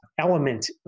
element